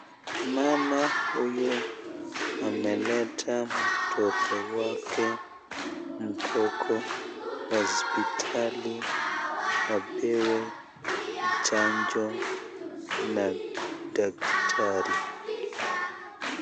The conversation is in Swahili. Mama huyu ameleta mtoto wake mdogo hospitali apewe chanjo na daktari.